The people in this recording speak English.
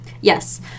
Yes